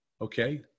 okay